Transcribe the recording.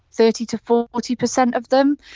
thirty to forty per cent of them.